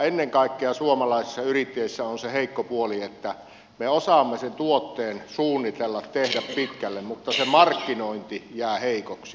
ennen kaikkea suomalaisissa yrittäjissä on se heikko puoli että me osaamme tuotteen suunnitella tehdä pitkälle mutta markkinointi jää heikoksi